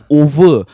over